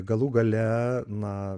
galų gale na